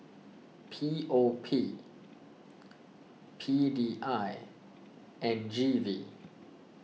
P O P P D I and G V